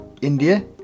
India